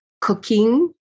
cooking